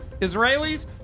Israelis